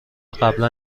قبلا